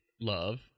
love